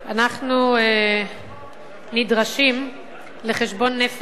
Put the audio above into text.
אנחנו נדרשים לחשבון נפש,